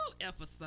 episode